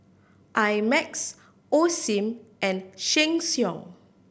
I Max Osim and Sheng Siong